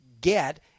get